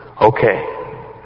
Okay